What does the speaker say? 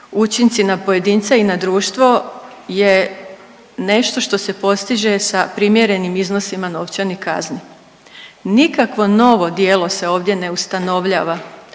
učinci na pojedince i na društvo je nešto što se postiže sa primjerenim iznosima novčanih kazni. Nikakvo novo djelo se ovdje ne ustanovljava